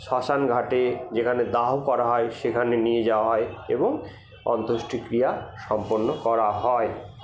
শ্মশান ঘাটে যেখানে দাহ করা হয় সেখানে নিয়ে যাওয়া হয় এবং অন্ত্যোষ্টি ক্রিয়া সম্পন্ন করা হয়